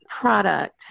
product